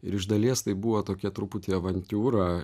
ir iš dalies tai buvo tokia truputį avantiūra